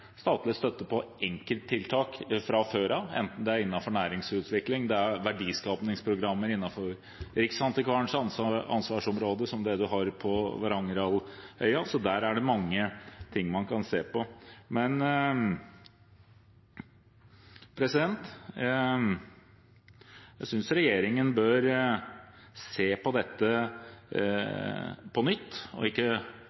statlig støtte til enkelttiltak fra før av, enten det er innenfor næringsutvikling, verdiskapingsprogrammer eller innenfor Riksantikvarens område, som det man har på Varangerhalvøya. Det er mange ting man kan se på. Jeg synes regjeringen bør se på dette